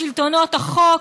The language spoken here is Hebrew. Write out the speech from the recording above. בשלטונות החוק,